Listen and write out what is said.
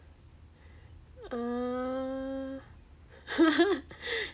err